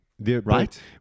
right